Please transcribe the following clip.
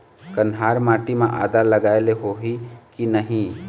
कन्हार माटी म आदा लगाए ले होही की नहीं?